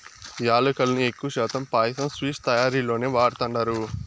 యాలుకలను ఎక్కువ శాతం పాయసం, స్వీట్స్ తయారీలోనే వాడతండారు